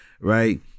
Right